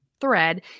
thread